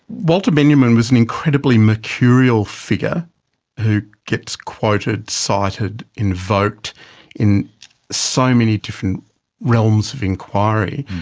walter benjamin was an incredibly mercurial figure who gets quoted, cited, invoked in so many different realms of inquiry.